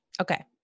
Okay